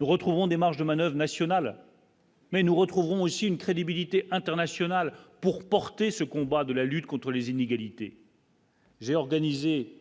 Nous retrouvons des marges de manoeuvre nationales. Mais nous retrouverons aussi une crédibilité internationale pour porter ce combat de la lutte contre les inégalités. J'ai organisé